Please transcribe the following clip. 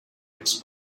its